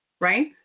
right